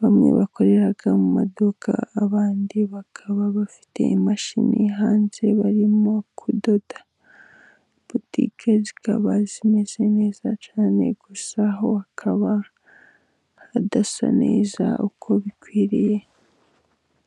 bamwe bakorera mu maduka abandi bakaba bafite imashini hanze barimo kudoda, butike zikaba zimeze neza cyane gusa ho hakaba hadasa neza uko bikwiriye.